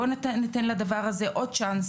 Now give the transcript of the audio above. בואו ניתן לדבר הזה עוד הזדמנות.